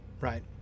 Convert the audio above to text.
right